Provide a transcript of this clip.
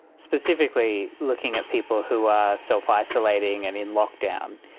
specifically, looking at people who are self-isolating and in lockdown,